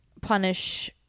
punish